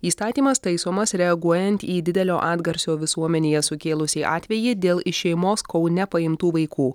įstatymas taisomas reaguojant į didelio atgarsio visuomenėje sukėlusį atvejį dėl iš šeimos kaune paimtų vaikų